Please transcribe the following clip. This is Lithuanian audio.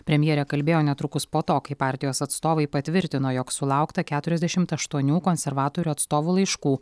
premjerė kalbėjo netrukus po to kai partijos atstovai patvirtino jog sulaukta keturiasdešimt aštuonių konservatorių atstovų laiškų